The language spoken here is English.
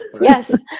Yes